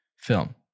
Film